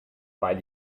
weil